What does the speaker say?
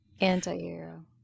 Anti-hero